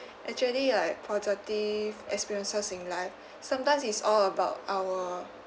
actually like positive experiences in life sometimes it's all about our